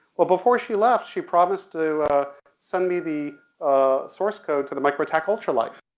well before she left she promised to send me the source code to the microtek ultralight